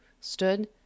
stood